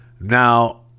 Now